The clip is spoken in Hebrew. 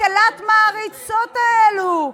מקהלת המעריצות האלה.